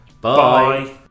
Bye